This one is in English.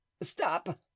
stop